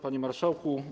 Panie Marszałku!